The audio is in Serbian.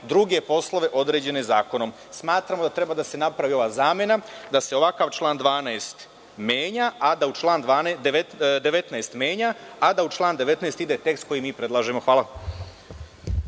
druge poslove određene zakonom. Smatramo da treba da se napravi ova zamena, da se ovakav član 19. menja, a da u član 19. ide tekst koji mi predlažemo. Hvala.